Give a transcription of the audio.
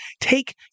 take